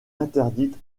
interdite